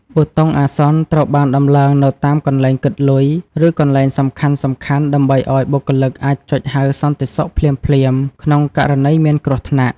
ប៊ូតុងអាសន្ន ត្រូវបានដំឡើងនៅតាមកន្លែងគិតលុយ ឬកន្លែងសំខាន់ៗ ដើម្បីឱ្យបុគ្គលិកអាចចុចហៅសន្តិសុខភ្លាមៗក្នុងករណីមានគ្រោះថ្នាក់។